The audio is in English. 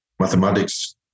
mathematics